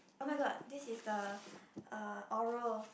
oh-my-god this is the uh oral